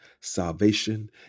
salvation